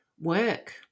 work